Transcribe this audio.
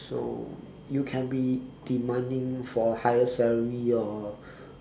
so you can be demanding for higher salary or